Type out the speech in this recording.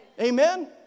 Amen